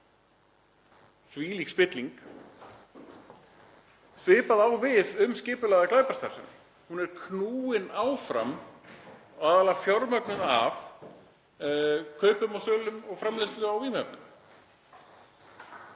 þvílík spilling. Svipað á við um skipulagða glæpastarfsemi. Hún er knúin áfram og aðallega fjármögnuð af kaupum og sölum og framleiðslu á vímuefnum.